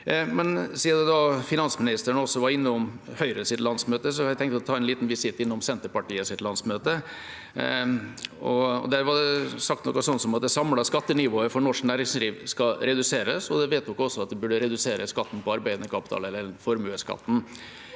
Men siden finansministeren også var innom Høyres landsmøte, har jeg tenkt å ta en liten visitt innom Senterpartiets landsmøte. Der ble det sagt noe sånt som at det samlede skattenivået for norsk næringsliv skal reduseres, og landsmøtet vedtok også at man burde redusere skatten på arbeidende kapital, eller formuesskatten.